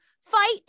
fight